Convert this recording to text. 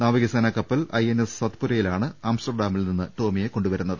നാവിക സേനാ കപ്പൽ ഐഎൻഎസ് സത്പുരയിലാണ് ആംസ്റ്റർഡാമിൽ നിന്ന് ടോമിയെ കൊണ്ടുവരുന്നത്